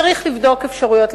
צריך לבדוק אפשרויות,